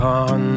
on